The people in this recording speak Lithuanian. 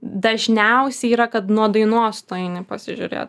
dažniausiai yra kad nuo dainos tu eini pasižiūrėt